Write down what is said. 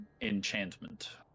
enchantment